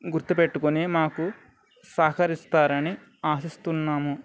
గుర్తుపెట్టుకుని మాకు సహకరిస్తారు అని ఆశిస్తున్నాము